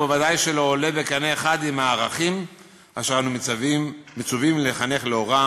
וודאי שלא עולה בקנה אחד עם הערכים אשר אנו מצווים לחנך לאורם,